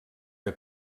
que